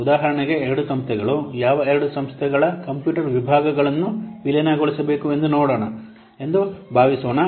ಉದಾಹರಣೆಗೆ ಎರಡು ಸಂಸ್ಥೆಗಳು ಯಾವ ಎರಡು ಸಂಸ್ಥೆಗಳ ಕಂಪ್ಯೂಟರ್ ವಿಭಾಗಗಳನ್ನು ವಿಲೀನಗೊಳಿಸಬೇಕು ಎಂದು ನೋಡೋಣ ಎಂದು ಭಾವಿಸೋಣ